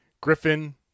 Griffin